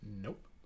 Nope